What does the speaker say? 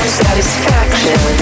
satisfaction